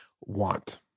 want